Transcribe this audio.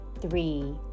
three